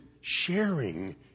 sharing